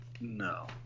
No